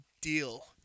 deal